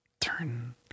turn